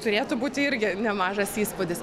turėtų būti irgi nemažas įspūdis